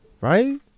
Right